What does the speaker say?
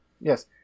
yes